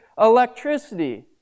electricity